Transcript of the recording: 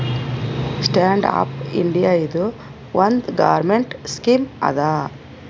stand up India ಇದು ಒಂದ್ government scheme ಅದಾ